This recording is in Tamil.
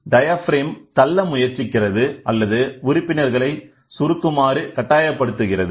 டயாப்ரம் தள்ள முயற்சிக்கிறது அல்லது உறுப்பினர்களை சுருக்குமாறு கட்டாயப்படுத்துகிறது